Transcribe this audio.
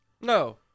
No